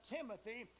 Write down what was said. Timothy